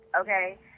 Okay